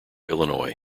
illinois